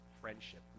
friendship